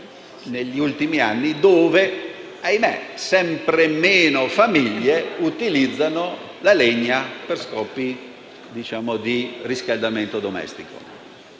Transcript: negli ultimi anni, quando sempre meno famiglie - ahimè - utilizzano la legna per scopi di riscaldamento domestico.